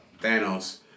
thanos